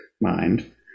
mind